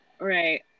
right